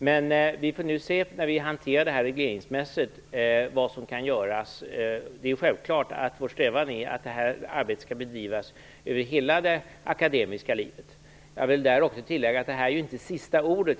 Vi får se vad som kan göras när vi hanterar det här regleringsmässigt. Det är självfallet vår strävan att det här arbetet skall bedrivas över hela det akademiska fältet. Jag vill tillägga att detta inte är sista ordet.